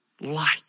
light